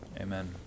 Amen